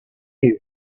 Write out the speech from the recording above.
you